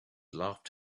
laughed